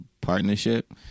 partnership